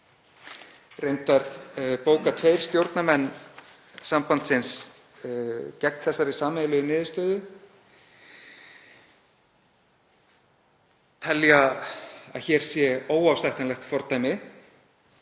Reyndar bóka tveir stjórnarmenn sambandsins gegn þessari sameiginlegu niðurstöðu, telja að hér sé óásættanlegt fordæmi